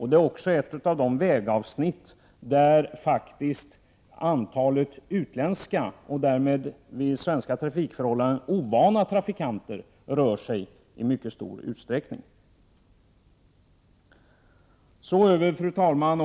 Antalet utländska trafikanter — det handlar således om trafikanter som är ovana vid svenska trafikförhållanden — återfinns i mycket stor utsträckning just på E 6-an.